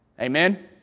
Amen